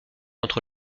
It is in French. entre